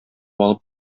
алып